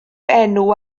enw